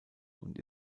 und